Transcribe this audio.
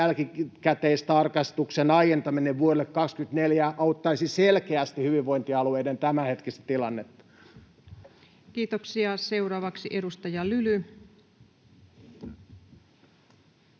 jälkikäteistarkastuksen aientaminen vuodelle 24 auttaisi selkeästi hyvinvointialueiden tämänhetkistä tilannetta. Kiitoksia. — Seuraavaksi edustaja Lyly.